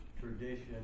tradition